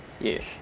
Yes